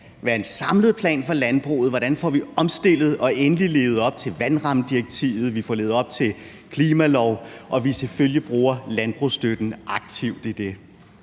være en samlet plan for landbruget – hvordan vi får omstillet det og endelig får levet op til vandrammedirektivet og klimaloven og selvfølgelig bruger landbrugsstøtten aktivt i det?